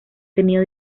tenido